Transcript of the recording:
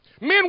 Men